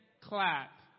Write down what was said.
clap